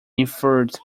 inferred